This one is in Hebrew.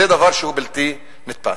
זה דבר שהוא בלתי נתפס.